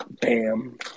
Bam